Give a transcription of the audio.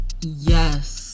Yes